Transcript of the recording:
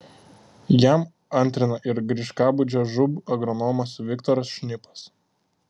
jam antrina ir griškabūdžio žūb agronomas viktoras šnipas